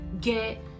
get